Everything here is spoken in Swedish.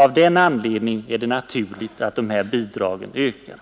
Av den anledningen är det rimligt att de bidragen ökar.